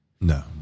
No